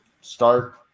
start